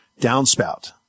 downspout